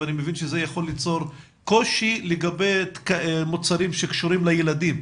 אני מבין שזה יכול ליצור קושי לגבי מוצרים שקשורים לילדים.